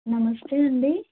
నమస్తే అండి